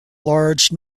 large